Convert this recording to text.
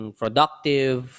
productive